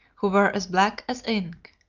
who were as black as ink.